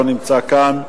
לא נמצא כאן.